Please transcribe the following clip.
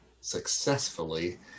successfully